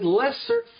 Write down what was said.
lesser